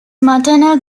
maternal